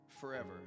forever